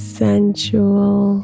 sensual